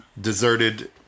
deserted